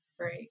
Right